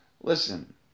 Listen